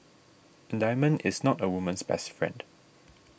a diamond is not a woman's best friend